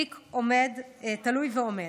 תיק תלוי ועומד.